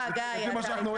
לזה בקונטקסט הזה.